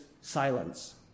silence